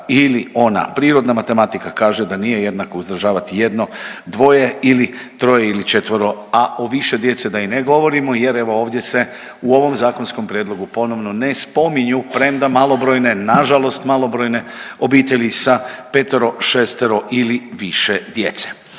ili ona prirodna matematika kaže da nije jednako uzdržavati jedno, dvoje ili troje ili četvero, a o više djece da i ne govorimo jer evo ovdje se u ovom zakonskom prijedlogu, ponovno ne spominju premda malobrojne, nažalost malobrojne obitelji sa 5., 6. ili više djece.